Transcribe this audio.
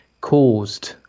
caused